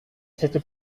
cette